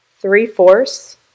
three-fourths